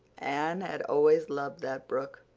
anne had always loved that brook.